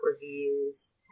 reviews